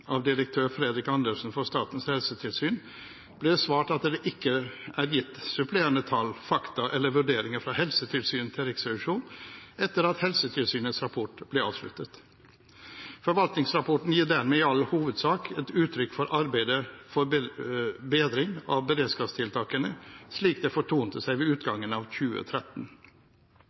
av direktør Jan Fredrik Andresen fra Statens helsetilsyn ble det svart at det ikke er gitt supplerende tall, fakta eller vurderinger fra Helsetilsynet til Riksrevisjonen etter at Helsetilsynets rapport ble avsluttet. Forvaltningsrapporten gir dermed i all hovedsak et uttrykk for arbeidet for bedring av beredskapstiltakene slik det fortonte seg ved